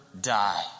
die